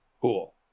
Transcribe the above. Cool